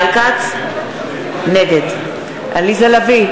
נגד עליזה לביא,